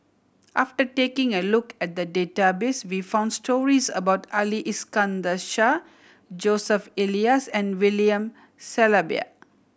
after taking a look at the database we found stories about Ali Iskandar Shah Joseph Elias and William Shellabear